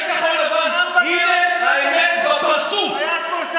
זה כחול